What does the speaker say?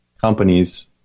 companies